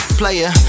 player